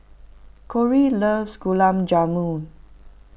Korey loves Gulab Jamun